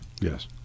Yes